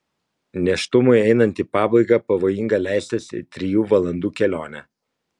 nėštumui einant į pabaigą pavojinga leistis į trijų valandų kelionę